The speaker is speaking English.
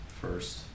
first